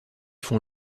font